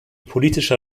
politischer